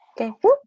Okay